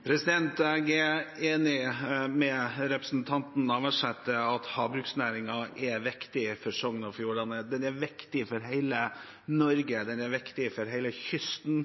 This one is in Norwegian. Jeg er enig med representanten Navarsete i at havbruksnæringen er viktig for Sogn og Fjordane. Den er viktig for hele Norge – den er viktig for hele kysten.